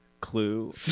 clue